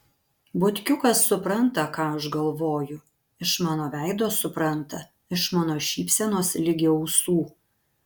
butkiukas supranta ką aš galvoju iš mano veido supranta iš mano šypsenos ligi ausų